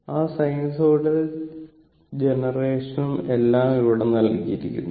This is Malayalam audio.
ആ സൈനുസോയിടൽ ജനറേഷനും എല്ലാം ഇവിടെ നൽകിയിരിക്കുന്നു